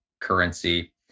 currency